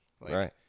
Right